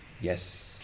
Yes